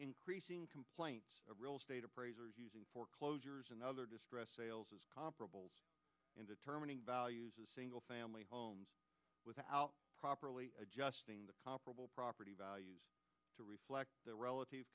increasing complaints of real estate appraiser foreclosures and other distressed sales as comparable in determining values of single family homes without properly adjusting the comparable property values to reflect the relative